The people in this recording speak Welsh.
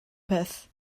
peth